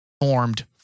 formed